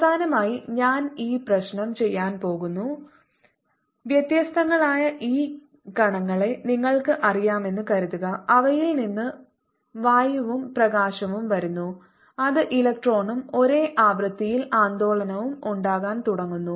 അവസാനമായി ഞാൻ ഈ പ്രശ്നം ചെയ്യാൻ പോകുന്നു വ്യത്യസ്തങ്ങളായ ഈ കണങ്ങളെ നിങ്ങൾക്ക് അറിയാമെന്ന് കരുതുക അവയിൽ നിന്ന് വായുവും പ്രകാശവും വരുന്നു അത് ഇലക്ട്രോണും ഒരേ ആവൃത്തിയിൽ ആന്ദോളനവും ഉണ്ടാക്കാൻ തുടങ്ങുന്നു